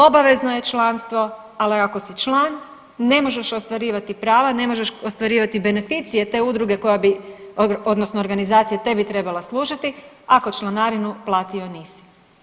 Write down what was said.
Obavezno je članstvo, ali ako si član ne možeš ostvarivati prava, ne možeš ostvarivati beneficije te udruge koja bi, odnosno organizacije, tebi trebala služiti, ako članarinu platio nisi.